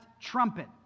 trumpet